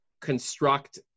construct